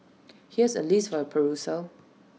here's A list for your perusal